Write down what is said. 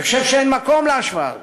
אני חושב שאין מקום להשוואה הזאת,